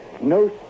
No